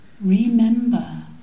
Remember